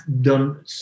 done